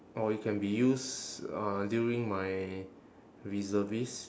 or it can be used uh during my reservist